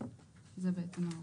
זו בעצם ההוראה.